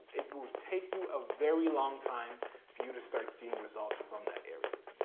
it will take you a very long time for you to start seeing results from that area.